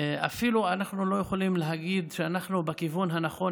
אנחנו אפילו לא יכולים להגיד שאנחנו בכיוון הנכון